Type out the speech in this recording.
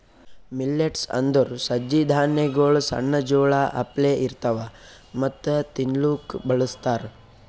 millets ಅಂದುರ್ ಸಜ್ಜಿ ಧಾನ್ಯಗೊಳ್ ಸಣ್ಣ ಜೋಳ ಅಪ್ಲೆ ಇರ್ತವಾ ಮತ್ತ ತಿನ್ಲೂಕ್ ಬಳಸ್ತಾರ್